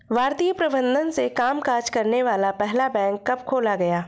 भारतीय प्रबंधन से कामकाज करने वाला पहला बैंक कब खोला गया?